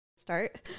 Start